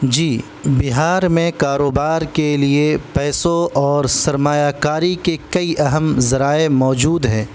جی بہار میں کاروبار کے لیے پیسوں اور سرمایہ کاری کے کئی اہم ذرائع موجود ہیں